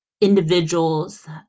individuals